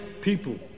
people